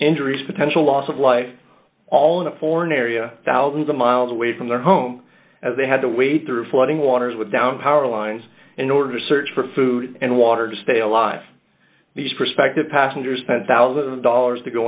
injuries potential loss of life all in a foreign area thousands of miles away from their home as they had to wait through flooding waters with downed power lines in order to search for food and water to stay alive these prospective passengers ten thousand dollars to go